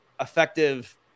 effective